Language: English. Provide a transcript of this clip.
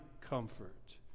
comfort